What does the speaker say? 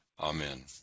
Amen